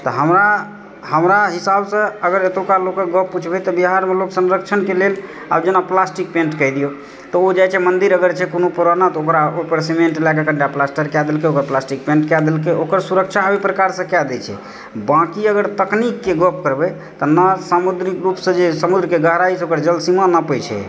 तऽ हमरा हमरा हिसाबसँ अगर एतुका लोकके गप पुछबै तऽ बिहारमे लोक संरक्षणके लेल आब जेना प्लास्टिक पेण्ट कहि दियौ तऽ ओ जाइ छै मन्दिर अगर छै कोनो पुरना ओहिपर कनेटा सीमेण्ट प्लास्टर कए देलकै ओहिपर प्लास्टिक पेण्ट कए देलकै ओकर सुरक्षा ओहि प्रकारसँ कए दैत छै बाकी अगर तकनीककेँ गप करबै तऽ ने समुद्री रूपसँ जे समुद्रक गहराइसँ ओकर जल सीमा नापै छै